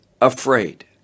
afraid